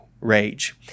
rage